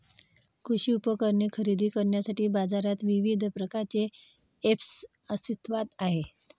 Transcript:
कृषी उपकरणे खरेदी करण्यासाठी बाजारात विविध प्रकारचे ऐप्स अस्तित्त्वात आहेत